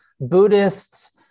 Buddhists